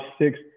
six